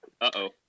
Uh-oh